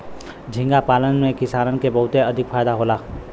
झींगा पालन से किसानन के बहुते अधिका फायदा होला